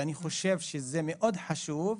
אני חושב שזה מאוד חשוב,